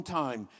time